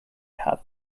have